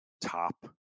top